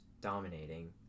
dominating